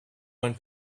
one